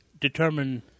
Determine